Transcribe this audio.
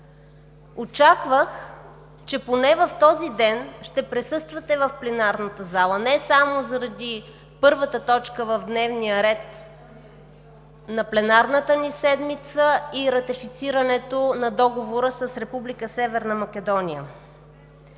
Очаквах, че поне в този ден ще присъствате в пленарната зала, не само заради първата точка в дневния ред на пленарната ни седмица и ратифицирането на Договора с